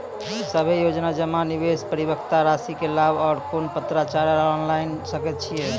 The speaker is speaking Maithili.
सभे योजना जमा, निवेश, परिपक्वता रासि के लाभ आर कुनू पत्राचार ऑनलाइन के सकैत छी?